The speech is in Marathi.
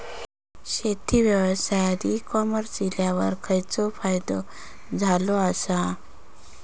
शेती व्यवसायात ई कॉमर्स इल्यावर खयचो फायदो झालो आसा?